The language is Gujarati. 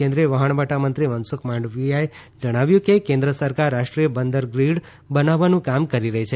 કેન્દ્રીય વાહણવટા મંત્રી મનસુખ માંડવીયાએ જણાવ્યું કે કેન્દ્ર સરકાર રાષ્ટ્રીય બંદર ગ્રીડ બનાવવાનું કામ કરી રહી છે